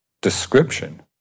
description